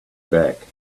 back